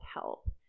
help